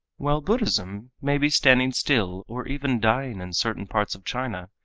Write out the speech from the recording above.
while buddhism may be standing still or even dying in certain parts of china,